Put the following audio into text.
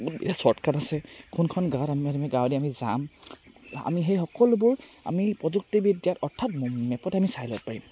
কোনফালে শ্বৰ্টকাট আছে কোনখন গাঁৱত আমি আমি গাঁৱেদি আমি যাম আমি সেই সকলোবোৰ আমি প্ৰযুক্তিবিদ্যাত অৰ্থাৎ মেপত আমি চাই ল'ব পাৰিম